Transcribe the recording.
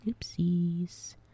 Oopsies